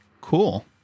Cool